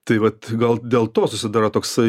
tai vat gal dėl to susidaro toksai